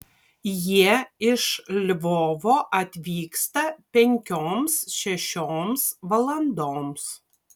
jie iš lvovo atvyksta penkioms šešioms valandoms